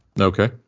okay